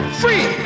free